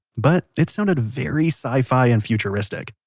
but, it sounded very sci-fi and futuristic.